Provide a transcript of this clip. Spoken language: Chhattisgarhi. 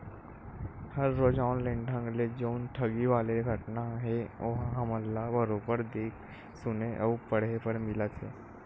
हर रोज ऑनलाइन ढंग ले जउन ठगी वाले घटना हे ओहा हमन ल बरोबर देख सुने अउ पड़हे बर मिलत हे